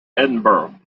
edinburgh